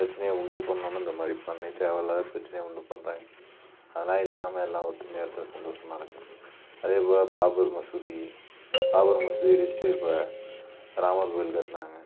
பிரச்சினைய உண்டு பண்ணணுன்னு இந்த மாதிரி பண்ணி தேவையில்லாத பிரச்சினைய உண்டு பண்ணுறாங்க அதெல்லாம் இல்லாமல் எல்லாம் ஒற்றுமையா இருந்தா சந்தோஷமா இருக்கலாம் அதே போல பாபர் மசூதி பாபர் மசூதி இடிச்சுட்டு இப்போ ராமர் கோயில் கட்டினாங்க